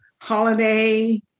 holiday